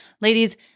Ladies